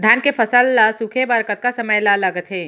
धान के फसल ल सूखे बर कतका समय ल लगथे?